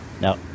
No